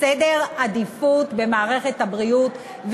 סדר עדיפות במערכת הבריאות,